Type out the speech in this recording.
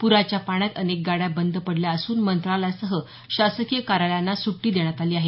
पूराच्या पाण्यात अनेक गाड्या बंद पडल्या असून मंत्रालयासह शासकीय कार्यालयांना सुट्टी देण्यात आली आहे